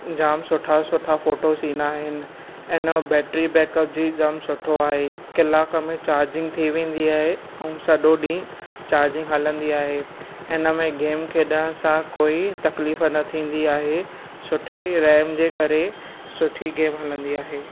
जाम सुठा सुठा फोटोज़ ईंदा आहिनि ऐं हिन बेट्री बैकअप बि जाम सुठो आहे कलाक में चार्जिंग थी वेंदी आहे ऐं सॼो ॾींहुं चार्जिंग हलंदी आहे हिन में गेम खेॾण सां कोई तकलीफ़ न थींदी आहे सुठे रैम जे करे सुठी गेम हलंदी आहे